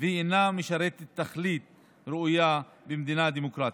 והיא אינה משרתת תכלית ראויה במדינה דמוקרטית.